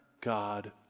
God